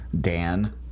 Dan